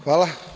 Hvala.